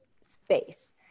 space